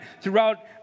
throughout